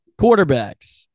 Quarterbacks